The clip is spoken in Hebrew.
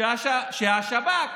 שהשב"כ